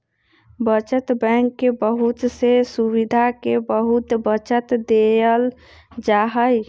बचत बैंक में बहुत से सुविधा के बहुत तबज्जा देयल जाहई